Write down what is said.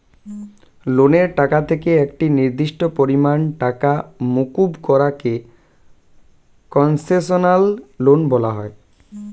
লোনের টাকা থেকে একটি নির্দিষ্ট পরিমাণ টাকা মুকুব করা কে কন্সেশনাল লোন বলা হয়